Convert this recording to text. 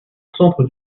centre